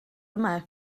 yma